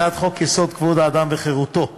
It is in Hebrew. הצעת חוק-יסוד: כבוד האדם וחירותו (תיקון,